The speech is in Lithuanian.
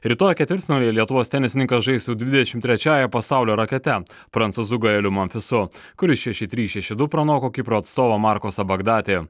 rytoj ketvirtfinalyje lietuvos tenisininkas žais su dvidešimt trečiąja pasaulio rakete prancūzu gaeliu monfisu kuris šeši trys šeši du pranoko kipro atstovo marko sabagdatė